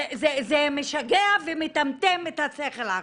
זה משגע ומטמטם את השכל עכשיו.